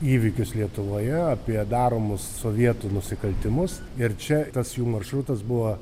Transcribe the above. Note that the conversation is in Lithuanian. įvykius lietuvoje apie daromus sovietų nusikaltimus ir čia tas jų maršrutas buvo